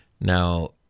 Now